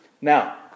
Now